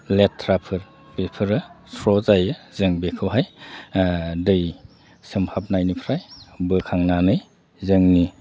लेथ्राफोर बेफोरो स्र' जायो जों बेखौहाय दै सोमहाबनायनिफ्राय बोखांनानै जोंनि